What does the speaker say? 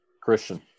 Christian